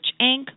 Inc